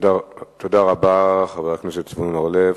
תודה רבה, חבר הכנסת זבולון אורלב.